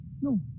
No